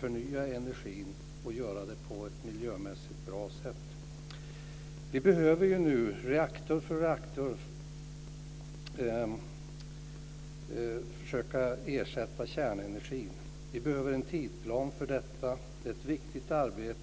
förnya energin och göra det på ett miljömässigt bra sätt. Vi behöver ju nu, reaktor för reaktor, försöka ersätta kärnenergin. Vi behöver en tidsplan för detta. Det är ett viktigt arbete.